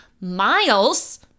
miles